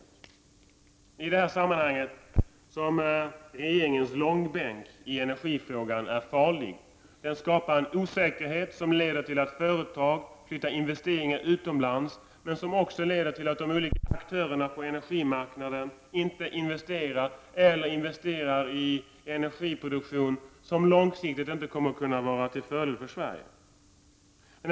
Det är i detta sammanhang som regeringens långbänk när det gäller energifrågor är farlig. Den skapar en osäkerhet som leder till att företag flyttar investeringar utomlands och också till att de olika aktörerna på energimarknaden inte investerar eller in vesterar i energiproduktion som långsiktigt inte kommer att kunna vara till fördel för Sverige.